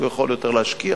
הוא יכול יותר להשקיע,